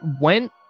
went